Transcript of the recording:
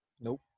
Nope